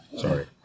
Sorry